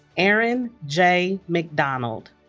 aaron j. mcdonald